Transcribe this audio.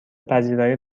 پذیرایی